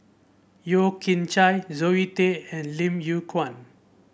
Yeo Kian Chai Zoe Tay and Lim Yew Kuan